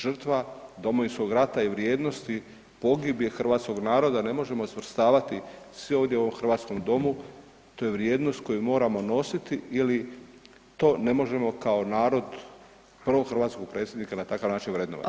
Žrtva Domovinskog rata i vrijednosti pogibije hrvatskog naroda ne možemo svrstavati sve ovdje u ovom hrvatskom Domu, to je vrijednost koju moramo nositi ili to ne možemo kao narod prvog hrvatskog predsjednika vrednovati.